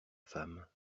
femme